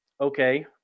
okay